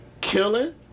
killing